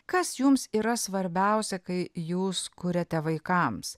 kas jums yra svarbiausia kai jūs kuriate vaikams